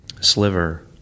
Sliver